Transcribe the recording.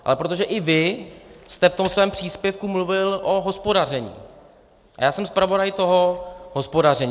Ale protože i vy jste v tom svém příspěvku mluvil o hospodaření a já jsem zpravodaj toho hospodaření.